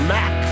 Mac